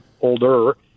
older